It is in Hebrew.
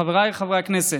חבריי חברי הכנסת,